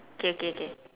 K K K